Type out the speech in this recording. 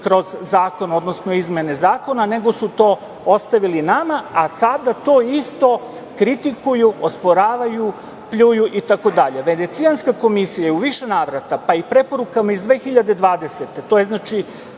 kroz izmene zakona, nego su to ostavili nama, a sada to isto kritikuju, osporavaju, pljuju itd. Venecijanska komisija je u više navrata, pa i preporukama iz 2020.